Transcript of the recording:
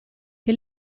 che